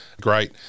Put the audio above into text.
great